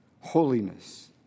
holiness